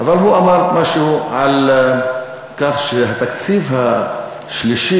הוא אמר משהו על כך שהתקציב השלישי